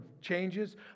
changes